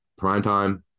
primetime